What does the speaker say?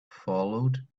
followed